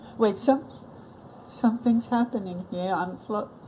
wait so something's happening here, i'm,